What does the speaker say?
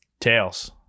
Tails